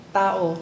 tao